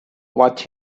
watch